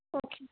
okay